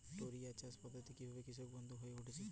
টোরিয়া চাষ পদ্ধতি কিভাবে কৃষকবান্ধব হয়ে উঠেছে?